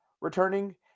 returning